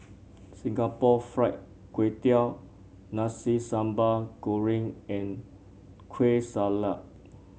Singapore Fried Kway Tiao Nasi Sambal Goreng and Kueh Salat